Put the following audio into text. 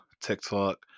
TikTok